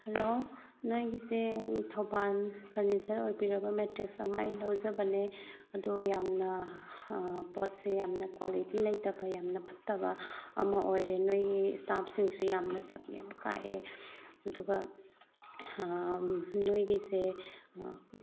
hello ꯅꯣꯏꯒꯤꯁꯦ ꯊꯧꯕꯥꯜ furniture ꯑꯣꯏꯕꯤꯔꯕ ꯃꯦꯇ꯭ꯔꯦꯁ ꯑꯃ ꯑꯩ ꯂꯧꯖꯕꯦꯅ ꯑꯗꯨ ꯌꯥꯝꯅ ꯄꯣꯠꯁꯦ ꯌꯥꯝꯅ ꯀ꯭ꯋꯥꯂꯤꯇꯤ ꯂꯩꯇꯕ ꯌꯥꯝ ꯐꯠꯇꯕ ꯑꯃ ꯑꯣꯏꯔꯦ ꯅꯣꯏꯒꯤ ꯏꯁꯇꯥꯞꯁꯤꯡꯁꯨ ꯌꯥꯝꯅ ꯁꯛ ꯌꯥꯝ ꯀꯥꯛꯑꯦ ꯑꯗꯨꯒ ꯅꯣꯏꯒꯤꯁꯦ